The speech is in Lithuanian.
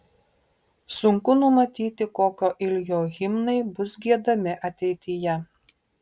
sunku numatyti kokio ilgio himnai bus giedami ateityje